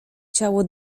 ciało